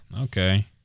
Okay